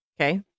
okay